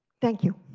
thank you.